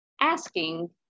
asking